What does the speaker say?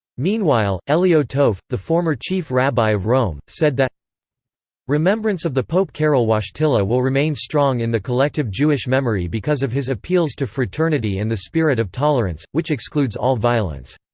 meanwhile, elio toaff, the former chief rabbi of rome, said that remembrance of the pope karol wojtyla will remain strong in the collective jewish memory because of his appeals to fraternity and the spirit of tolerance, which excludes all violence.